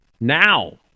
now